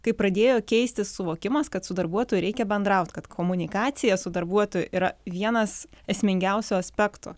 kai pradėjo keistis suvokimas kad su darbuotoju reikia bendrauti kad komunikacija su darbuotoju yra vienas esmingiausių aspektų